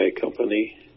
company